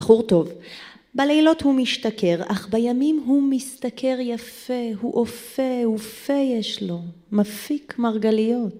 בחור טוב. בלילות הוא מִשְׁתַּכֵּר אך בימים הוא מִשְׂתַּכֵּר יפה הוא אופה ופה יש לו מפיק מרגליות